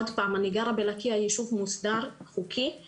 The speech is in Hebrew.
עוד פעם, אני גרה בלקיה, ישוב מוסדר, חוקי.